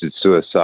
suicide